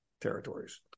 territories